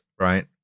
right